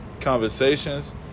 conversations